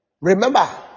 Remember